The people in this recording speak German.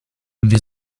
wir